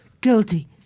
Guilty